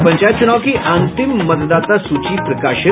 और पंचायत चुनाव की अंतिम मतदाता सूची प्रकाशित